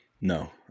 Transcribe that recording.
No